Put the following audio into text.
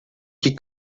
ket